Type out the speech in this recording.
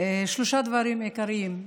שלושה דברים עיקריים: